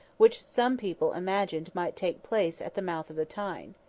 which some people imagined might take place at the mouth of the tyne.